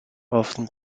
often